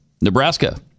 Nebraska